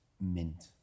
Mint